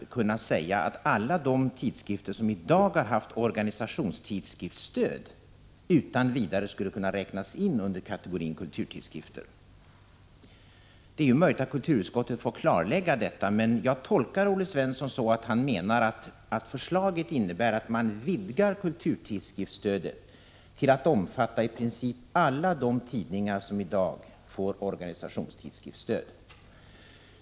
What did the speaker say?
1985/86:105 alla de tidskrifter som i dag har haft organisationstidskriftsstöd utan vidare 2 april 1986 skulle kunna räknas in under kategorin kulturtidskrifter. — Det är möjligt att kulturutskottet får klarlägga detta, men jag tolkar Olle Svensson så, att han menar att förslaget innebär att man vidgar kulturtidskriftsstödet till att omfatta i princip alla de tidningar som i dag får organisationstidskriftsstöd.